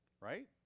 Right